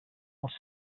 els